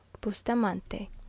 Bustamante